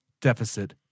deficit